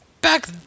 Back